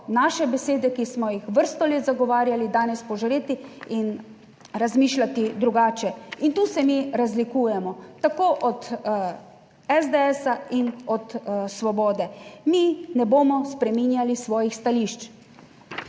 naše besede, ki smo jih vrsto let zagovarjali, danes požreti in razmišljati drugače. In tu se mi razlikujemo tako od SDS in od Svobode. Mi ne bomo spreminjali svojih stališč.